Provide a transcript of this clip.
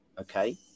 okay